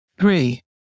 Three